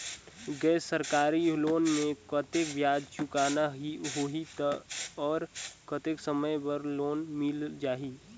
गैर सरकारी लोन मे कतेक ब्याज चुकाना होही और कतेक समय बर लोन मिल जाहि?